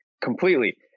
completely